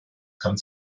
kann